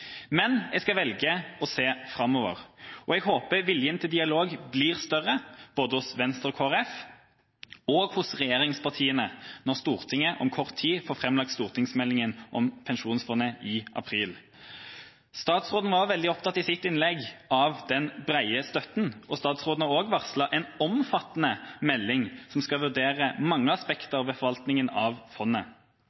Men jeg skal velge å se framover. Jeg håper viljen til dialog blir større hos både Venstre og Kristelig Folkeparti og hos regjeringspartiene når Stortinget får framlagt stortingsmeldingen om pensjonsfondet i april. Statsråden var i sitt innlegg veldig opptatt av den brede støtten. Statsråden har også varslet en omfattende melding, som skal vurdere mange